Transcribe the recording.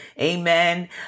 Amen